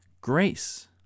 Grace